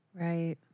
right